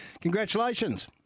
Congratulations